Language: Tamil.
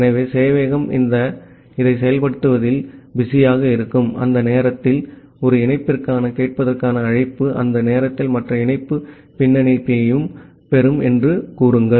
ஆகவே சேவையகம் இதைச் செயல்படுத்துவதில் பிஸியாக இருக்கும் அந்த நேரத்தில் ஒரு இணைப்பிற்கான கேட்பதற்கான அழைப்பு அந்த நேரத்தில் மற்ற இணைப்பு பின்னிணைப்பைப் பெறும் என்று கூறுங்கள்